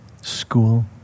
school